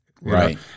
right